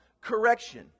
correction